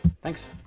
thanks